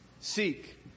Seek